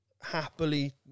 happily